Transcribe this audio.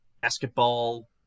basketball